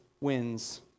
wins